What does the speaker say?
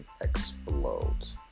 explodes